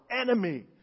enemy